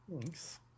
thanks